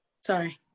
sorry